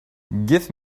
give